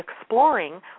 exploring